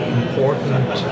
important